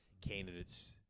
candidates